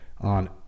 on